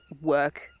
work